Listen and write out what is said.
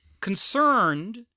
concerned